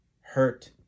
hurt